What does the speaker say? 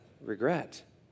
regret